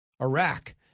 Iraq